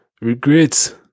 regrets